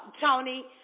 Tony